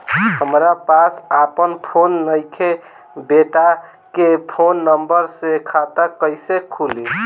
हमरा पास आपन फोन नईखे बेटा के फोन नंबर से खाता कइसे खुली?